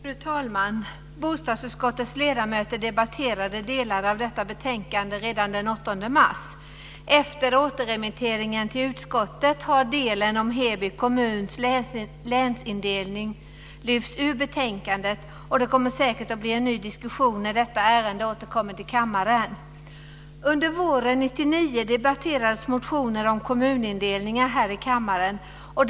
Fru talman! Bostadsutskottets ledamöter debatterade delar av detta betänkande redan den 8 mars. Heby kommun och den länsindelningen lyfts ut ur betänkandet. Det blir säkert en ny diskussion när detta ärende återkommer till kammaren. Under våren 1999 debatterades här i kammaren motioner om kommunindelningar.